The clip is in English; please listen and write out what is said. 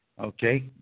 okay